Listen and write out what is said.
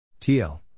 TL